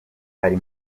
ari